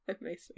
Amazing